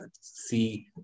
see